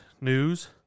news